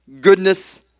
goodness